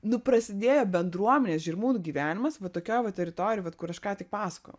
nu prasidėjo bendruomenės žirmūnų gyvenimas va tokioj va teritorijoj vat kur aš ką tik pasakojau